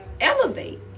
elevate